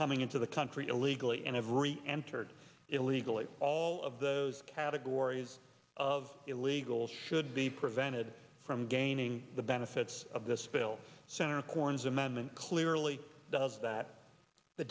coming into the country illegally and every entered illegally all of those categories of illegals should be prevented from gaining the benefits of this bill senator corns amendment clearly does that the